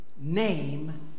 name